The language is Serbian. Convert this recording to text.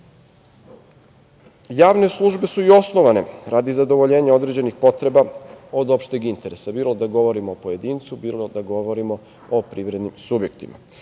službe su i osnovane radi zadovoljenja određenih potreba od opšteg interesa, bilo da govorimo o pojedincu, bilo da govorimo o privrednim subjektima.